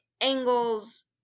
angles